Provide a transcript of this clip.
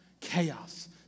chaos